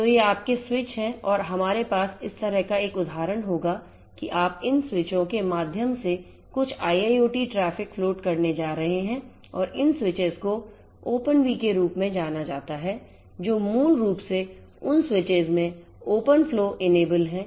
तो ये आपके स्विच हैं और हमारे पास इस तरह का एक उदाहरण होगा कि आप इन स्विचों के माध्यम से कुछ IIoT ट्रैफ़िक फ़्लोट करने जा रहे हैं और इन स्विचेस को ओपनवी के रूप में जाना जाता है जो मूल रूप से उन स्विचेस में ओपन फ़्लो इनेबल है